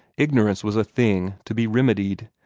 ignorance was a thing to be remedied,